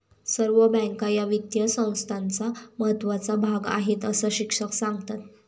सर्व बँका या वित्तीय संस्थांचा महत्त्वाचा भाग आहेत, अस शिक्षक सांगतात